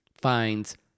finds